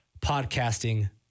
podcasting